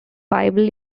bible